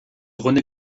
rené